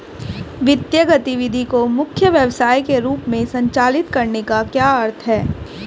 वित्तीय गतिविधि को मुख्य व्यवसाय के रूप में संचालित करने का क्या अर्थ है?